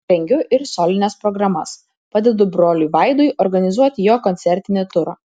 rengiu ir solines programas padedu broliui vaidui organizuoti jo koncertinį turą